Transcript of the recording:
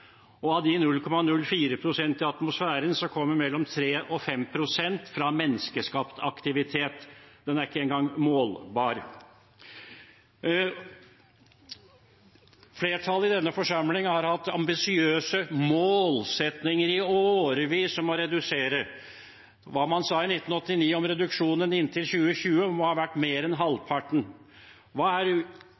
kommer mellom 3 og 5 pst. fra menneskeskapt aktivitet. Den er ikke engang målbar. Flertallet i denne forsamling har hatt ambisiøse målsettinger i årevis om å redusere. Hva man sa i 1989 om reduksjonen inntil 2020, må ha vært mer enn halvparten. Hva